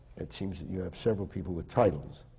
it seems that you have several people with titles.